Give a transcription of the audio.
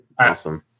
Awesome